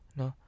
no